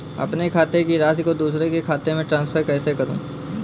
अपने खाते की राशि को दूसरे के खाते में ट्रांसफर कैसे करूँ?